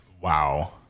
Wow